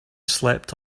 slept